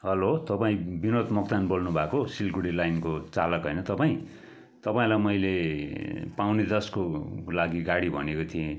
hello तपाईँ बिनोद मोक्तान बोल्नु भएको सिलगढी लाइनको चालक होइन तपाईँ तपाईँलाई मैले पौने दसको लागि गाडी भनेको थिएँ